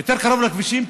יותר קרוב לכבישים,